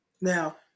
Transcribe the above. Now